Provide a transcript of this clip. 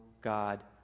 God